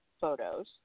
photos